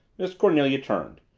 miss cornelia turned.